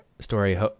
story